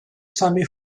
semi